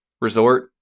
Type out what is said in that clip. resort